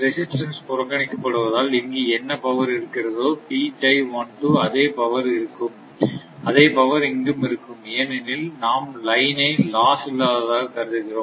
resistance புறக்கணிக்க படுவதால் இங்கு என்ன பவர் இருக்கிறதோஅதே பவர் இங்கும் இருக்கும் ஏனெனில் நாம் லைனை லாஸ் இல்லாததாக கருதுகிறோம்